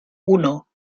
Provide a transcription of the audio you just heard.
uno